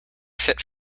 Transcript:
fit